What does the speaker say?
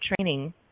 training